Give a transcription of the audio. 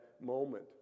moment